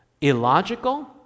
Illogical